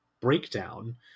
breakdown